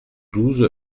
douze